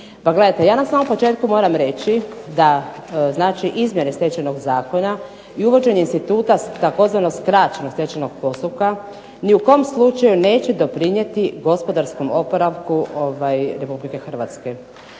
Pa gledajte, ja na samom početku moram reći da, znači izmjene Stečajnog zakona i uvođenje instituta tzv. skraćenog stečajnog postupka ni u kom slučaju neće doprinijeti gospodarskog oporavku Republike Hrvatske,